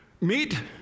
meet